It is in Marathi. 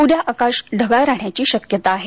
उद्या आकाश ढगाळ राहण्याची शक्यता आहे